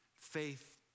Faith